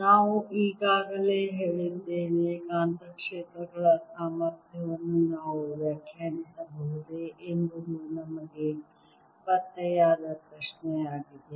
ನಾವು ಅಲ್ಲಿಯೂ ಹೇಳಿದ್ದೇವೆ ಕಾಂತಕ್ಷೇತ್ರಗಳ ಸಾಮರ್ಥ್ಯವನ್ನು ನಾವು ವ್ಯಾಖ್ಯಾನಿಸಬಹುದೇ ಎಂಬುದು ನಮಗೆ ಪತ್ತೆಯಾದ ಪ್ರಶ್ನೆಯಾಗಿದೆ